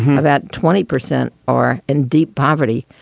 about twenty percent are in deep poverty.